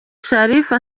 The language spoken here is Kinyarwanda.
sharifa